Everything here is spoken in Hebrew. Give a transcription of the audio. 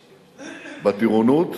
בטירונות.